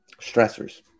stressors